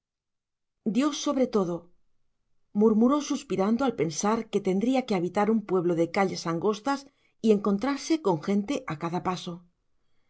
dios sobre todo murmuró suspirando al pensar que tendría que habitar un pueblo de calles angostas y encontrarse con gente a cada paso